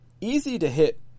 easy-to-hit